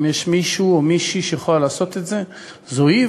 אם יש מישהו או מישהי שיכולה לעשות את זה זו היא,